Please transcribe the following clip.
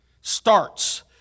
starts